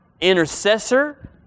Intercessor